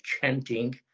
chanting